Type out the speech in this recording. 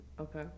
Okay